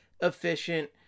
efficient